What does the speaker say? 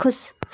खुश